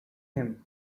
him